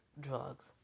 drugs